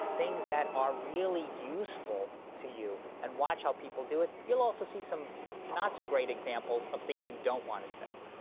things that are really useful to you. and watch how people do it. you'll also see some not so great examples of things you don't wanna say.